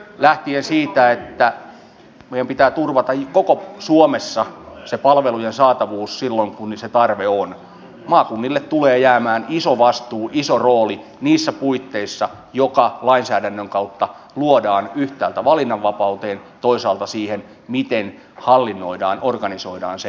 lähtien siitä että meidän pitää turvata koko suomessa se palvelujen saatavuus silloin kun se tarve on maakunnille tulee jäämään iso vastuu ja iso rooli niissä puitteissa joka lainsäädännön kautta luodaan yhtäältä valinnanvapauteen ja toisaalta siihen miten hallinnoidaan organisoidaan se palvelujen tuotanto